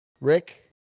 rick